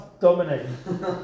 dominating